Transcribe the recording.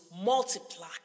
multiply